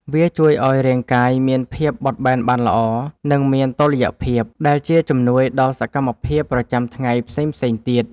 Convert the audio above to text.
វាជួយឱ្យរាងកាយមានភាពបត់បែនបានល្អ និងមានតុល្យភាព ដែលជាជំនួយដល់សកម្មភាពប្រចាំថ្ងៃផ្សេងៗទៀត។